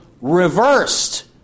reversed